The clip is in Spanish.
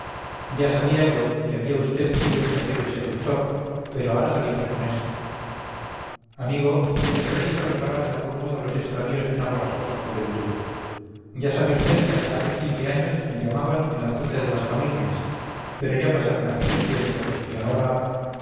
ya sabía yo que había vd sido un terrible seductor pero ahora salimos con eso amigo es preciso reparar de algún modo los extravíos de una borrascosa juventud ya sabe usted que hasta hace quince años me llamaban el azote de las familias pero ya pasaron aquellos tiempos y ahora